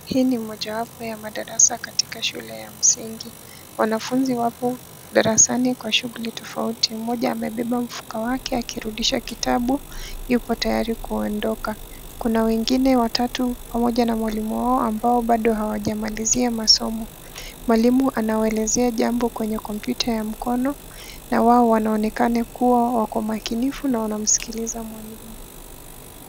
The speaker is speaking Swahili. Hii ni mojawapo ya madarasa katika shule ya msingi. Wanafunzi wapo darasani kwa shughuli tofauti. Mmoja amebeba mfuko wake akirudisha kitabu, yupo tayari kuondoka. Kuna wengine watatu pamoja na mwalimu wao ambao bado hawajamalizia masomo. Mwalimu anawaelezea jambo kwenye kompyuta ya mkono na wao wanaonekana kuwa wako makinifu na wanamsikiliza mwalimu.